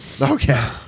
okay